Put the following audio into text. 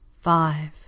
Five